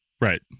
Right